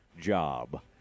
job